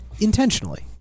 intentionally